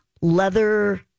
leather